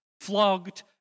flogged